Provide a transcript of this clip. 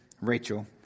Rachel